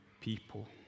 people